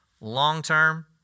long-term